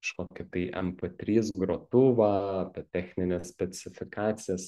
kažkokį tai em p trys grotuvą apie technines specifikacijas